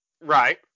Right